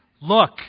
Look